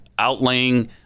outlaying